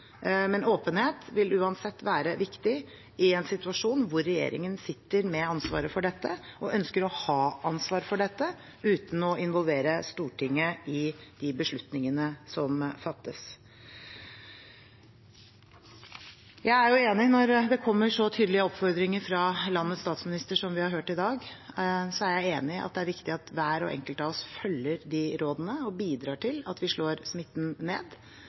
men åpenhet vil uansett være viktig i en situasjon der regjeringen sitter med ansvaret for dette, og ønsker å ha ansvar for dette, uten å involvere Stortinget i de beslutningene som fattes. Når det kommer så tydelige oppfordringer fra landets statsminister som vi har hørt i dag, er jeg enig i at det er viktig at hver enkelt av oss følger de rådene og bidrar til at vi slår smitten ned.